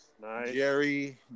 Jerry